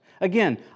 Again